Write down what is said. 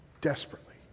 desperately